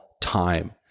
time